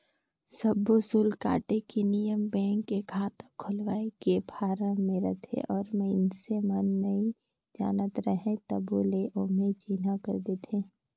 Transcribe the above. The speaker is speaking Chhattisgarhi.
सब्बो सुल्क काटे के नियम बेंक के खाता खोलवाए के फारम मे रहथे और मइसने मन नइ जानत रहें तभो ले ओम्हे चिन्हा कर देथे